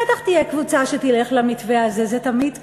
בטח תהיה קבוצה שתלך למתווה הזה, זה תמיד ככה.